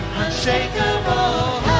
unshakable